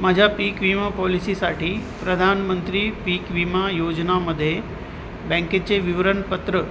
माझ्या पीक विमा पॉलिसीसाठी प्रधानमंत्री पीक विमा योजनेमध्ये बँकेचे विवरणपत्र